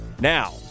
now